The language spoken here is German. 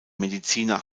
mediziner